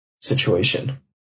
situation